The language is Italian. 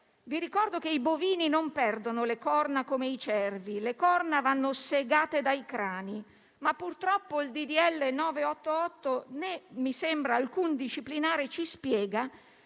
Vi ricordo che i bovini non perdono le corna come i cervi; le corna vanno segate dai crani, ma il disegno di legge n. 988 (né - mi sembra - alcun disciplinare) non ci spiega